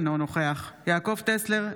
אינו נוכח יעקב טסלר,